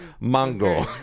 Mango